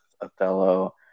Othello